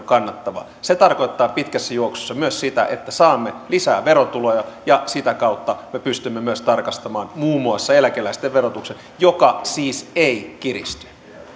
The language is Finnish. kannattavaa se tarkoittaa pitkässä juoksussa myös sitä että saamme lisää verotuloja ja sitä kautta me pystymme myös tarkastamaan muun muassa eläkeläisten verotuksen joka siis ei kiristy